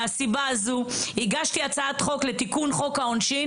הוא שואף לחסל אותה ולהקים על חורבותיה סוג אחר של מדינה,